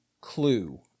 clue